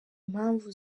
impamvu